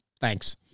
Thanks